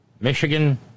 Michigan